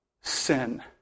sin